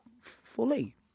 fully